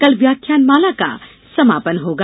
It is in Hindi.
कल व्याख्यानमाला का समापन होगा